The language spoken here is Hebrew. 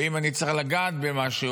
ואם אני צריך לגעת במשהו,